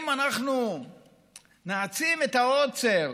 אם אנחנו נעצים את העוצר